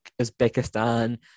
Uzbekistan